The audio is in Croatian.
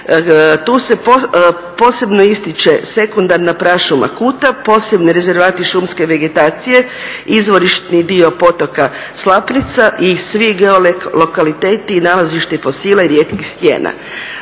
Tu se posebno ističe sekundarna prašuma kutu, posebni rezervati šumske vegetacije, izvorišni dio potoka Slapnica i svi geolokaliteti i nalazišta fosila i rijetkih stijena.